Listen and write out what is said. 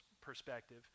perspective